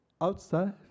Outside